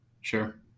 Sure